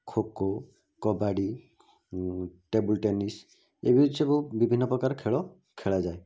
kho kho kabaddi table tennis ଏମିତି ସବୁ ବିଭିନ୍ନପ୍ରକାର ଖେଳ ଖେଳାଯାଏ